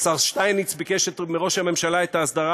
השר שטייניץ ביקש מראש הממשלה את ההסדרה